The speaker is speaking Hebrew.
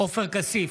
עופר כסיף,